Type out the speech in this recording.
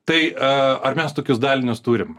tai ar mes tokius dalinius turim